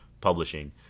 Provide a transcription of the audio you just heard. Publishing